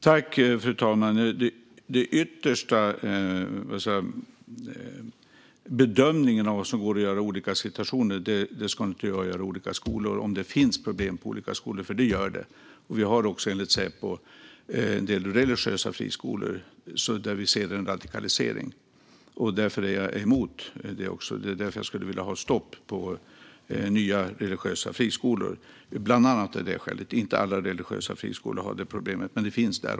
Fru talman! Den yttersta bedömningen av vad som går att göra i olika situationer i olika skolor eller om det finns problem på olika skolor ska inte jag göra. Det finns det. Vi har enligt Säpo en del religiösa friskolor där vi ser en radikalisering. Därför är jag emot dem, och jag skulle vilja ha ett stopp för nya religiösa friskolor av bland annat det skälet. Alla religiösa friskolor har inte detta problem, men det finns.